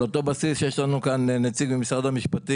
על אותו בסיס יש לנו כאן נציג ממשרד המשפטים.